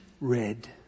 red